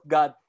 God